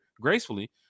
gracefully